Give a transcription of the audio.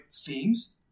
themes